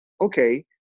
okay